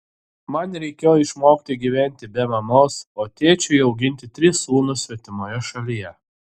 man reikėjo išmokti gyventi be mamos o tėčiui auginti tris sūnus svetimoje šalyje